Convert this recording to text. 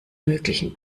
möglichen